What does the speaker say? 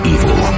Evil